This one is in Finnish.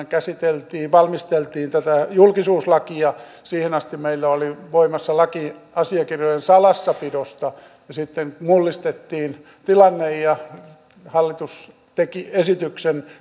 käsiteltiin valmisteltiin tätä julkisuuslakia siihen asti meillä oli voimassa laki asiakirjojen salassapidosta ja sitten mullistettiin tilanne ja lipposen ykköshallitus teki esityksen